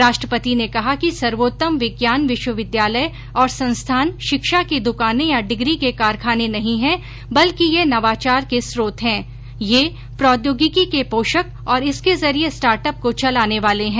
राष्ट्रपति ने कहा कि सर्वोत्तम विज्ञान विश्वविद्यालय और संस्थान शिक्षा की द्वकाने या डिग्री के कारखाने नहीं हैं बल्कि ये नवाचार के स्रोत हैं ये प्रौद्योगिकी के पोषक और इसके जरिए स्टार्ट अप को चलाने वाले हैं